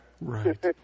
Right